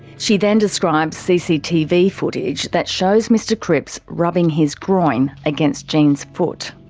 she then describes cctv footage that shows mr cripps rubbing his groin against jenny's foot.